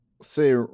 say